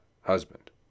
husband